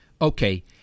Okay